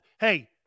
Hey